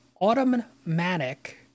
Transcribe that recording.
Automatic